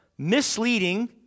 Misleading